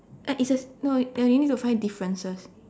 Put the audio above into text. uh it's a no you need to find differences